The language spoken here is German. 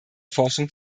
forschung